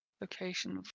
Location